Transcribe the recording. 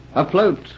afloat